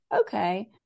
Okay